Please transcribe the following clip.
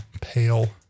Pale